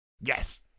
Yes